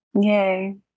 Yay